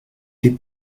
des